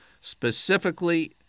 specifically